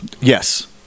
yes